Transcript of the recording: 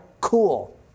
Cool